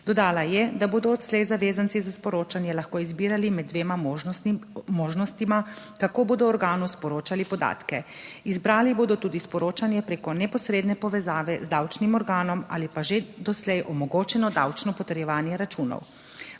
Dodala je, da bodo odslej zavezanci za sporočanje lahko izbirali med dvema možnostma kako bodo organu sporočali podatke. Izbrali bodo tudi sporočanje preko neposredne povezave z davčnim organom ali pa že doslej omogočeno davčno potrjevanje računov.